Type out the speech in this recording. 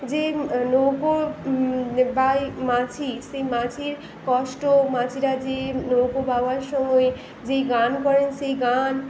যে নৌকো বায় মাঝি সেই মাঝির কষ্ট মাঝিরা যে নৌকো বাওয়ার সময়ে যেই গান করেন সেই গান